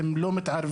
הם לא מתערבים,